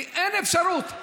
אין אפשרות.